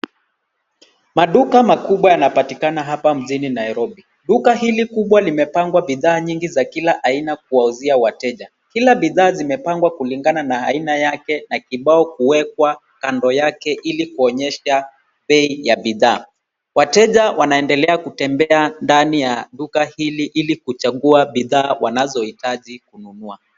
Maduka makubwa yanapatikana hapa mjini Nairobi. Duka hili kubwa limepangwa bidhaa nyingi za kila aina kuwauzia wateja. Kila bidhaa zimepangwa kulingana na aina yake na kibao kuwekwa kando yake ilikuonyesha bei ya bidhaa. Wateja wanaendelea kutembea ndani ya duka hili ilikuchagua bidhaa wanazohitaji kununua.